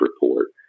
report